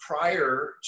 prior